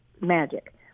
magic